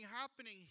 happening